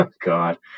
God